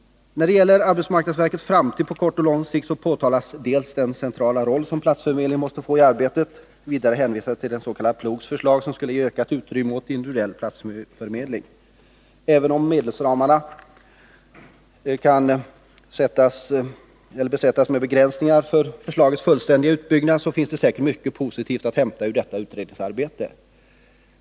När det gäller arbetsmarknadsverkets framtid på kort och lång sikt påtalas den centrala roll som platsförmedlingen måste få i arbetet. Vidare hänvisas till det s.k. PLOG:s förslag, som skulle ge ökat utrymme åt individuell platsförmedling. Även om medelsramarna kan sätta upp begränsningar för förslagets fullständiga utbyggnad, finns det säkert mycket positivt att hämta ur detta utredningsarbete.